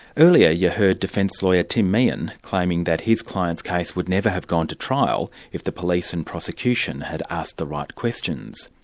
earlier you heard defence lawyer tim meehan claiming that his client's case would never have gone to trial if the police and prosecution had asked the right questions.